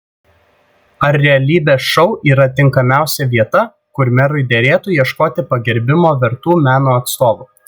ar realybės šou yra tinkamiausia vieta kur merui derėtų ieškoti pagerbimo vertų meno atstovų